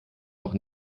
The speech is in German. noch